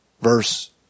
verse